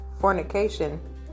fornication